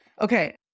Okay